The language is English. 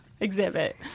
exhibit